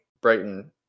Brighton